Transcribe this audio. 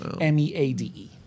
M-E-A-D-E